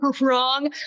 wrong